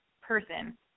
person